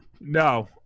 no